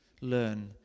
learn